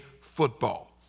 football